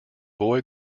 boy